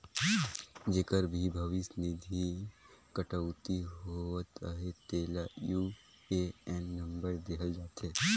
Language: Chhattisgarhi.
जेकर भी भविस निधि कटउती होवत अहे तेला यू.ए.एन नंबर देहल जाथे